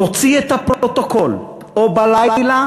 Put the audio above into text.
תוציא את הפרוטוקול, או בלילה,